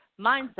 mindset